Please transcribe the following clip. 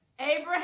Abraham